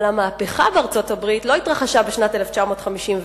אבל המהפכה בארצות-הברית לא התרחשה בשנת 1954,